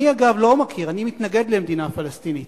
אני, אגב, לא מכיר, אני מתנגד למדינה פלסטינית,